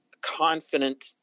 confident